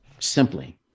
Simply